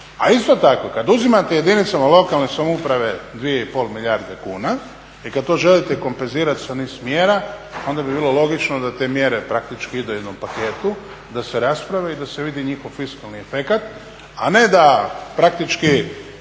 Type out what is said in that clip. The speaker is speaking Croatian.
A isto tako kad uzimate jedinicama lokalne samouprave 2,5 milijarde kuna i kad to želite kompenzirati sa niz mjera onda bi bilo logično da te mjere praktički idu u jednom paketu, da se rasprave i da se vidi njihov fiskalni efekt, a ne da praktički